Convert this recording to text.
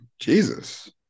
Jesus